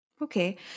Okay